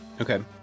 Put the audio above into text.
Okay